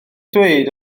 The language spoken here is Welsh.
dweud